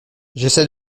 j’essaie